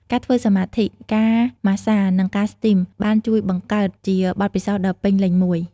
ការធ្វើសមាធិ ការម៉ាស្សា និងការស្ទីមបានជួយបង្កើតជាបទពិសោធន៍ដ៏ពេញលេញមួយ។